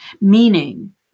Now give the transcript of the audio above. meaning